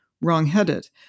wrong-headed